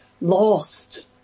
lost